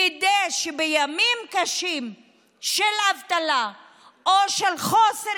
כדי שבימים קשים של אבטלה או של חוסר